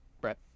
Brett